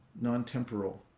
non-temporal